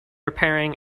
repairing